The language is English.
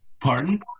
Pardon